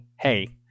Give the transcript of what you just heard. hey